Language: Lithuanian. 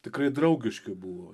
tikrai draugiški buvo